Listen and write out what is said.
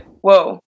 Whoa